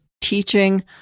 teaching